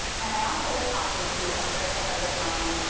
and i also was talking to a critical friend of mine,